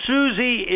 Susie